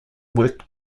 worked